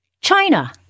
China